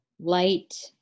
Light